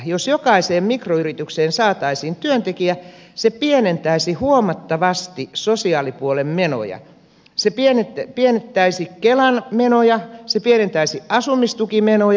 jos jokaiseen mikroyritykseen saataisiin työntekijä se pienentäisi huomattavasti sosiaalipuolen menoja se pienentäisi kelan menoja se pienentäisi asumistukimenoja